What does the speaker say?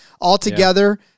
altogether